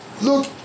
look